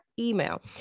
email